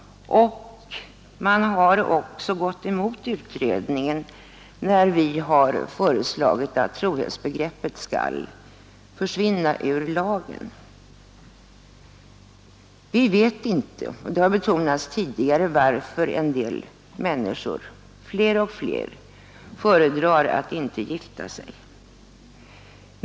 Man har också gått emot familjelagssakkunniga när vi föreslagit att trohetsbegreppet skall försvinna ur lagen. Vi vet inte — det har betonats tidigare — varför fler och fler människor föredrar att inte gifta sig.